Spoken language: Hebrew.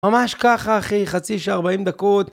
ממש ככה אחי, חצי שעה-ארבעים דקות.